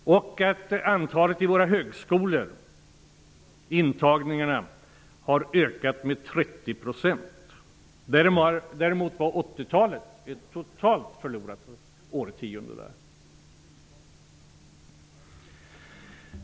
Antalet intagningar till våra högskolor har ökat med 30 %. 80-talet var däremot ett totalt förlorat årtionde.